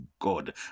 God